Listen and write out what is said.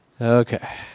Okay